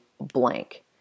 blank